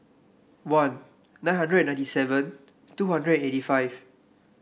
one nine hundred ninety seven two hundred eighty five